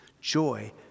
Joy